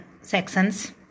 sections